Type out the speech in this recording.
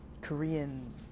Korean